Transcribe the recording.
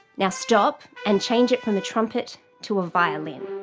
now stop and change it from a trumpet to a violin